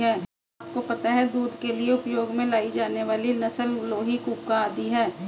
क्या आपको पता है दूध के लिए उपयोग में लाई जाने वाली नस्ल लोही, कूका आदि है?